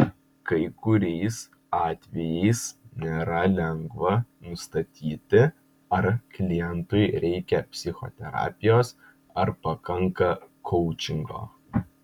kai kuriais atvejais nėra lengva nustatyti ar klientui reikia psichoterapijos ar pakanka koučingo